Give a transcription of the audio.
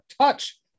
touch